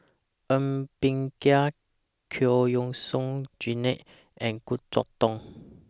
Ng Bee Kia Giam Yean Song Gerald and Goh Chok Tong